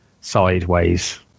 Sideways